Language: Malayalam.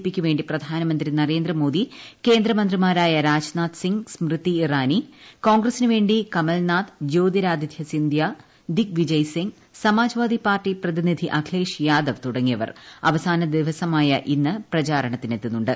പി യ്ക്കുവേണ്ടി പ്രധാനമന്ത്രി നീർന്ദ്രമോദി കേന്ദ്ര മന്ത്രിമാരായ രാജ്നാഥ്സിംഗ് സ്മൃതി ഇറാനി കോൺഗ്രസിനുവേണ്ടി കമൽനാഥ് ജ്യോതിരാദിത്യ സിന്ധ്യ ദിഗ്വിജയ് സിംഗ് സമാജ്വാദി പാർട്ടി പ്രതിനിധി അഖിലേഷ് യാദവ് തുടങ്ങിയവർ അവസാന ദിവസമായ ഇന്ന് പ്രചാരണത്തിനെത്തുന്നുണ്ട്